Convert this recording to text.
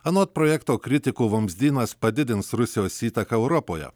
anot projekto kritikų vamzdynas padidins rusijos įtaką europoje